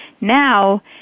now